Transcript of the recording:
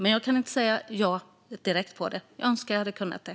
Jag kan dock inte säga ja direkt. Jag önskar att jag hade kunnat det.